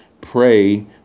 pray